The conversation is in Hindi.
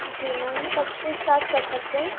जी मैम हम कब से स्टार्ट कर सकते हैं